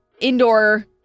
indoor